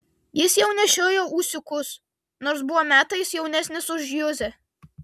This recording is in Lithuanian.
jis jau nešiojo ūsiukus nors buvo metais jaunesnis už juzę